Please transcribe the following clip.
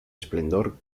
esplendor